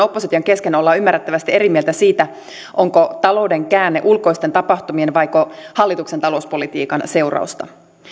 opposition kesken ollaan ymmärrettävästi eri mieltä siitä onko talouden käänne ulkoisten tapahtumien vaiko hallituksen talouspolitiikan seurausta